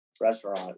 restaurant